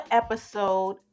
episode